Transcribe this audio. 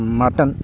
mutton